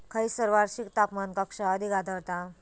खैयसर वार्षिक तापमान कक्षा अधिक आढळता?